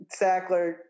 Sackler